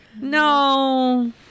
No